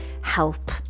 help